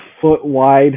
foot-wide